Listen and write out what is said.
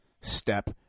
step